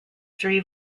three